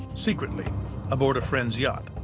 secretly aboard a friend's yacht,